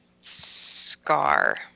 Scar